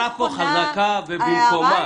ההערה חזקה והיא במיקומה.